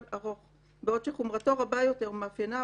ארוך בעוד שחומרתו רבה יותר ומאפייניו,